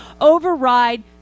override